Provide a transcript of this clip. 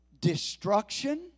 Destruction